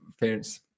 parents